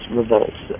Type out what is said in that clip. revolts